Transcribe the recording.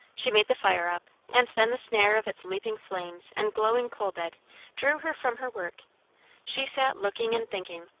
she made the fire up and then the snare of its leaping flames and glowing coal bed drew her from her work she sat looking and thinking,